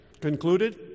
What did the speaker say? concluded